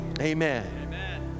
Amen